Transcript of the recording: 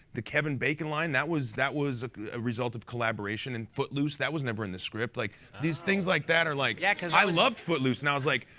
the kevin bacon line, that was that was a result of collaboration in footloose that was never in the script. like these things like that are like, yeah i loved footloose and i was like,